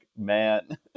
man